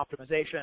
optimization